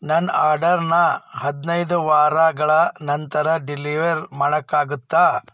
ನನ್ನ ಆರ್ಡರ್ನ ಹದಿನೈದು ವಾರಗಳ ನಂತರ ಡೆಲಿವರ್ ಮಾಡೋಕ್ಕಾಗುತ್ತಾ